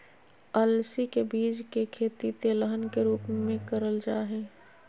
अलसी के बीज के खेती तेलहन के रूप मे करल जा हई